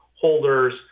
holders